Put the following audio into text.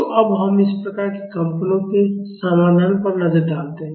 तो अब हम इस प्रकार के कंपनों के समाधान पर नजर डालते हैं